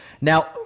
Now